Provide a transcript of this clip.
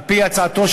על-פי הצעתו,